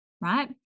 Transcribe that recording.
right